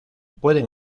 pueden